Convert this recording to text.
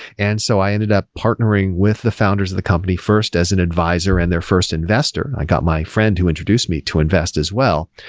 and so i ended up partnering with the founders of the company first as an advisor and their first investor. i got my friend who introduced me to invest as well.